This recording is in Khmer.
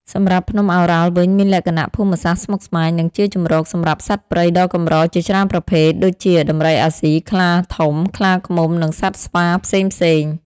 សម្រាប់ភ្នំឱរ៉ាល់វិញមានលក្ខណៈភូមិសាស្ត្រស្មុគស្មាញ និងជាជម្រកសម្រាប់សត្វព្រៃដ៏កម្រជាច្រើនប្រភេទ ដូចជាដំរីអាស៊ី ខ្លាធំ ខ្លាឃ្មុំ និងសត្វស្វាផ្សេងៗ។